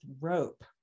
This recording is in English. rope